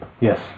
Yes